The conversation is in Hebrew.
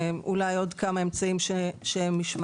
ואולי עוד כמה אמצעים משמעתיים.